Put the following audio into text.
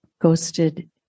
ghosted